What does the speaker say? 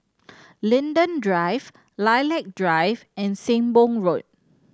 Linden Drive Lilac Drive and Sembong Road